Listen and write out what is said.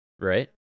Right